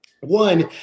One